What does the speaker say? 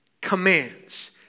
commands